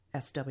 SW